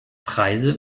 preise